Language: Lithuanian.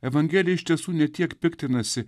evangelija iš tiesų ne tiek piktinasi